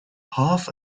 half